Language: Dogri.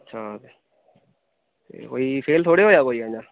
अच्छा कोई फेल थोह्ड़े होएआ कोई इ'यां